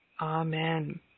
Amen